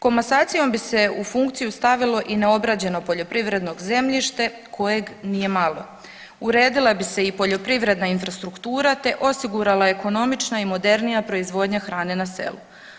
Komasacijom bi se u funkciju stavilo i neobrađeno poljoprivredno zemljište kojeg nije malo, uredila bi se i poljoprivredna infrastruktura te osigurala ekonomična i modernija proizvodnja hrane na selu.